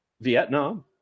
Vietnam